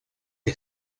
que